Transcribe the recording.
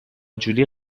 جولی